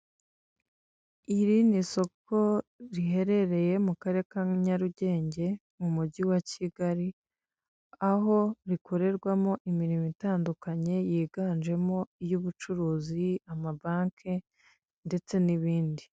Iri ni isoko riherereye mu karere ka Nyarugenge mu mujyi wa Kigali. Aho rikorerwamo imirimo itandukanye yiganjemo iy'ubucuruzi, amabanki ndetse n'ibindi.